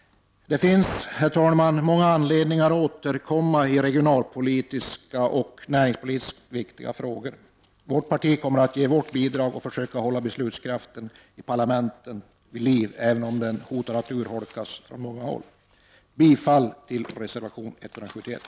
Det finns, herr talman, många anledningar att återkomma i regionalpolitiskt och näringspolitiskt viktiga frågor. Vårt parti kommer att ge sitt bidrag till att försöka hålla beslutskraften i parlamentet vid liv, även om den på många håll hotar att urholkas. Herr talman! Jag yrkar bifall till reservation 171.